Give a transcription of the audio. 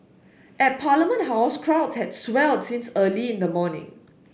at Parliament House crowds had swelled since early in the morning